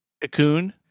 cocoon